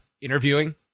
interviewing